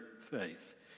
faith